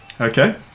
Okay